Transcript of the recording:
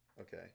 Okay